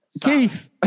Keith